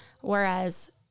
Whereas